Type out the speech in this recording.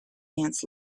ants